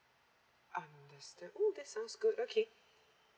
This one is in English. understood !woo! that sounds good okay